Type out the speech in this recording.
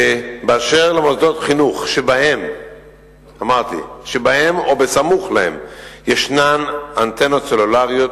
שבאשר למוסדות חינוך שבהם או בסמוך להם יש אנטנות סלולריות,